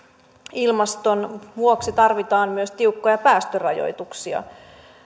ilmaston vuoksi tarvitaan myös tiukkoja päästörajoituksia